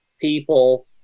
people